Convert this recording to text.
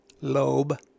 lobe